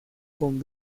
con